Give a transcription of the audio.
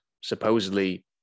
supposedly